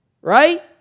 Right